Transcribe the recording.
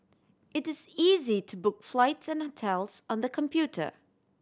it is easy to book flights and hotels on the computer